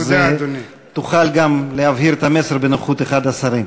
אז תוכל להבהיר את המסר גם בנוכחות אחד השרים.